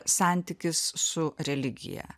santykis su religija